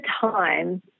time